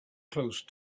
close